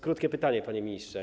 Krótkie pytanie, panie ministrze.